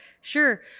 Sure